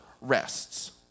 rests